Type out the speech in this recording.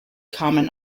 common